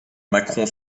macron